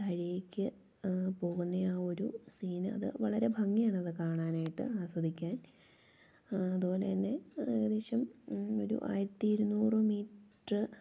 താഴേക്ക് പോകുന്ന ആ ഒരു സീനത് വളരെ ഭംഗിയാണ് അത് കാണാനായിട്ട് ആസ്വദിക്കാൻ അതുപോലെ തന്നെ ഏകദേശം ഒരു ആയിരത്തി ഇരുനൂറു മീറ്ററ്